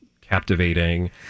captivating